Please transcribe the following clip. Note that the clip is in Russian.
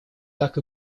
так